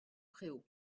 préaux